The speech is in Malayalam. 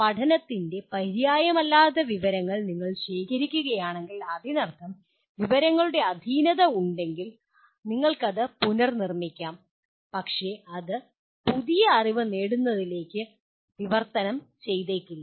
പഠനത്തിൻ്റെ പര്യായമല്ലാത്ത വിവരങ്ങൾ നിങ്ങൾ ശേഖരിക്കുകയാണെങ്കിൽ അതിനർത്ഥം വിവരങ്ങളുടെ അധീനത ഉണ്ടെങ്കിൽ നിങ്ങൾക്കത് പുനർനിർമ്മിക്കാം പക്ഷേ അത് പുതിയ അറിവ് നേടുന്നതിലേക്ക് അതു വിവർത്തനം ചെയ്തേക്കില്ല